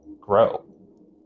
grow